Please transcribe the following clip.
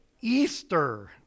Easter